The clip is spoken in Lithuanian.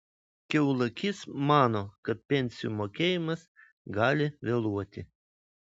kiaulakys mano kad pensijų mokėjimas gali vėluoti